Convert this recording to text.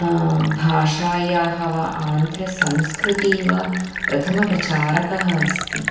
भाषायाः वा आन्ध्रसंस्कृतिः वा प्रथमप्रचारकः अस्ति